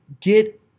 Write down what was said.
get